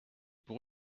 pour